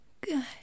Good